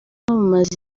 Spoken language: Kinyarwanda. bumaze